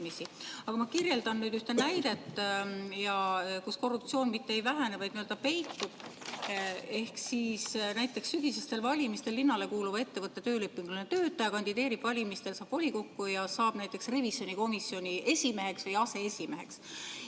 Aga ma kirjeldan ühte juhtumit, kus korruptsioon mitte ei vähene, vaid n-ö peitub. Näiteks, sügisestel valimistel linnale kuuluva ettevõtte töölepinguline töötaja kandideerib valimistel, saab volikokku ja saab näiteks revisjonikomisjoni esimeheks või aseesimeheks,